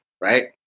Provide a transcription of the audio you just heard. right